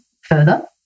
further